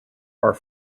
are